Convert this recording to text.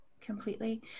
completely